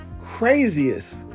craziest